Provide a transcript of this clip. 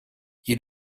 you